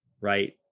right